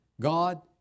God